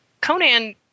Conan